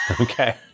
Okay